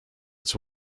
its